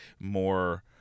more